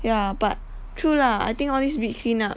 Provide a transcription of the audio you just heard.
ya but true lah I think all this beach clean up